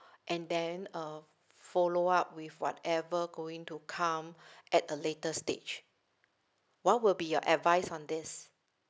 and then uh follow up with whatever going to come at a later stage what will be your advice on this